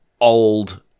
old